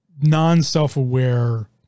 non-self-aware